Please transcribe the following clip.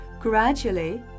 gradually